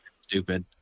stupid